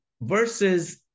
Versus